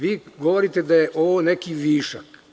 Vi govorite da je ovo neki višak.